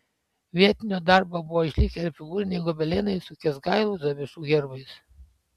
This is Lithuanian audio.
vietinio darbo buvo ir išlikę figūriniai gobelenai su kęsgailų zavišų herbais